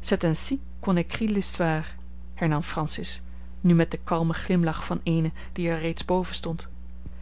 c'est ainsi qu'on écrit l'histoire hernam francis nu met den kalmen glimlach van eene die er reeds boven stond